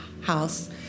house